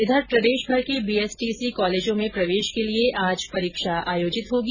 इधर प्रदेशभर के बीएसटीसी कॉलेजों में प्रवेश के लिए आज परीक्षा आयोजित की होगी